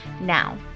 Now